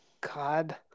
God